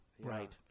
right